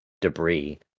debris